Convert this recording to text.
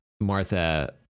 Martha